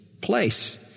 place